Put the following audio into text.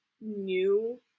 new